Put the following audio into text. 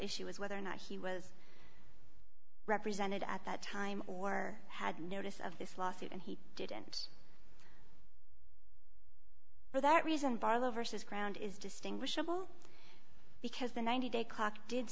issue is whether or not he was represented at that time or had notice of this lawsuit and he didn't for that reason barlow versus ground is distinguishable because the ninety day clock did